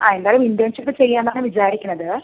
ആ എന്തായാലും ഇൻറ്റേൺഷിപ്പ് ചെയ്യാമെന്നാണ് വിചാരിക്കുന്നത്